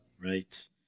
right